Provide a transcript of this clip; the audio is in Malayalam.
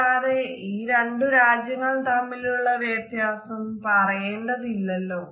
കൂടാതെ ഈ രണ്ടു രാജ്യങ്ങൾ തമ്മിലുള്ള വ്യത്യാസo പറയേണ്ടല്ലോ